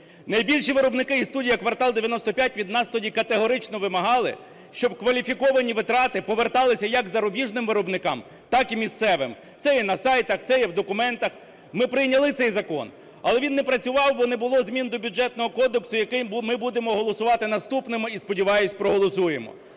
Найбільші виробники і студія "Квартал 95" від нас тоді категорично вимагали, щоб кваліфіковані витрати поверталися як зарубіжним виробникам, так і місцевим. Це є на сайтах, це є в документах, ми прийняли цей закон, але він не працював, бо не було змін до Бюджетного кодексу, який ми будемо голосувати наступним, і, сподіваюсь, проголосуємо.